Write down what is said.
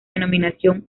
denominación